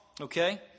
Okay